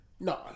No